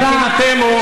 מבחינתנו,